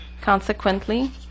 Consequently